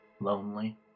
lonely